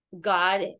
God